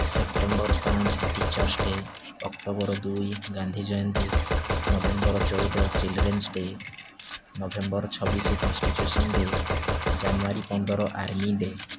September ପାଞ୍ଚ teachers day October ଦୁଇ Gandhi Jayanti November ଚଉଦ ଚିଲଡ୍ରେନ୍ସ ଡେ ନଭେମ୍ବର ଛବିଶି କନଷ୍ଟିଚ୍ୟୁସନ୍ ଡେ ଜାନୁଆରୀ ପନ୍ଦର ଆର୍ମି ଡେ